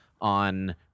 on